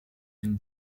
been